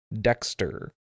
Dexter